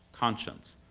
conscience,